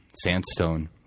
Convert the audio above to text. sandstone